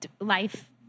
life